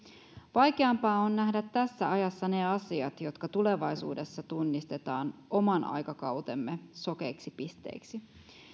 vaikeampaa on nähdä tässä ajassa ne asiat jotka tulevaisuudessa tunnistetaan oman aikakautemme sokeiksi pisteiksi